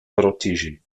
protégés